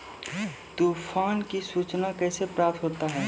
तुफान की सुचना कैसे प्राप्त होता हैं?